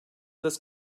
this